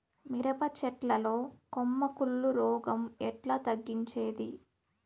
మిరప చెట్ల లో కొమ్మ కుళ్ళు రోగం ఎట్లా తగ్గించేది?